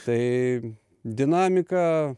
tai dinamika